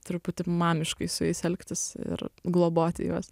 truputį mamiškai su jais elgtis ir globoti juos